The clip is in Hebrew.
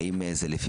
האם זה לפי